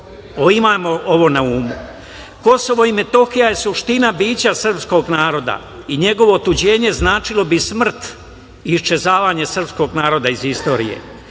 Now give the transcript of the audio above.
Imajmo ovo na umu. Kosovo i Metohija je suština bića srpskog naroda i njegovo otuđenje značilo bi smrt i iščezavanje srpskog naroda iz istorije.